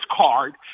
card